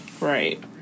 Right